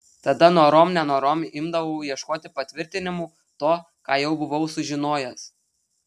tada norom nenorom imdavau ieškoti patvirtinimų to ką jau buvau sužinojęs